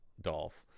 Dolph